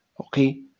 okay